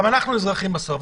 גם אנחנו אזרחים בסוף,